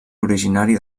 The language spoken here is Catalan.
originari